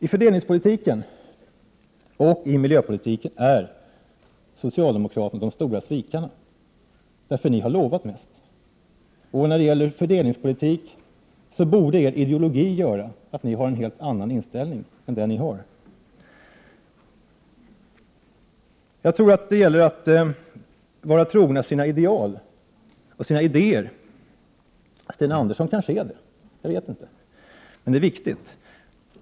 I fördelningspolitiken och i miljöpolitiken är ni socialdemokrater de stora svikarna, för ni har lovat mest. När det gäller fördelningspolitik borde er ideologi göra att ni hade en helt annan inställning än den ni har. Jag tror att det gäller att vara trogen sina idel och sina idéer. Sten Andersson kanske är det, jag vet inte, men det är viktigt.